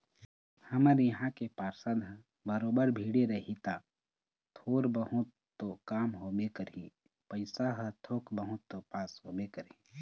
हमर इहाँ के पार्षद ह बरोबर भीड़े रही ता थोर बहुत तो काम होबे करही पइसा ह थोक बहुत तो पास होबे करही